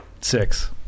Six